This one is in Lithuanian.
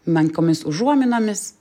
menkomis užuominomis